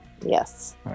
Yes